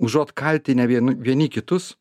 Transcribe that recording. užuot kaltinę vien vieni kitus